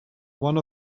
one